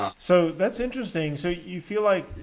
um so that's interesting. so you feel like,